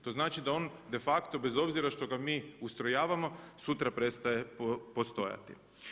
To znači da on de facto bez obzira što ga mi ustrojavamo, sutra prestaje postojati.